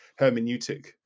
hermeneutic